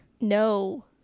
No